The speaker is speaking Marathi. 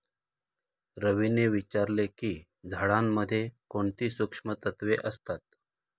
रवीने विचारले की झाडांमध्ये कोणती सूक्ष्म तत्वे असतात?